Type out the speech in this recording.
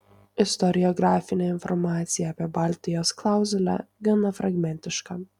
istoriografinė informacija apie baltijos klauzulę gana fragmentiška